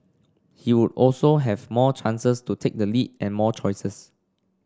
he would also have more chances to take the lead and more choices